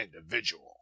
individual